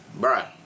bruh